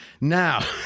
Now